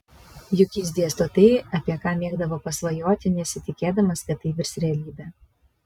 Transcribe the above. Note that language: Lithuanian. juk jis dėsto tai apie ką mėgdavo pasvajoti nesitikėdamas kad tai virs realybe